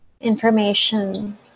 information